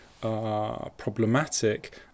problematic